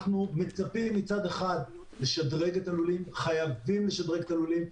אנחנו מצפים מצד אחד לשדרג את הלולים וחייבים לשדרג את הלולים.